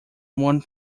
one